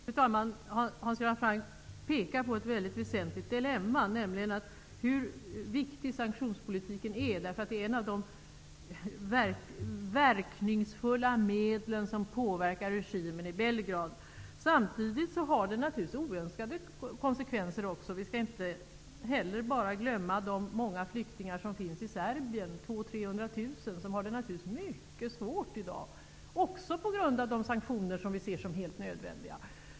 Fru talman! Hans Göran Franck pekar på ett väldigt väsentligt dilemma och hur viktig sanktionspolitiken är. Den är ett av de verkningsfulla medel som påverkar regimen i Belgrad, samtidigt som den naturligtvis också har oönskade konsekvenser. Vi skall inte glömma de många flyktingar som finns i Serbien, 200 000-- 300 000, som i dag har det mycket svårt på grund av de sanktioner som vi ser som helt nödvändiga.